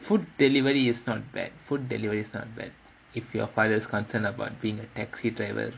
food delivery is not bad food delivery is not bad if your father is concerned about being a taxi driver